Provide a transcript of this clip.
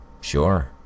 Sure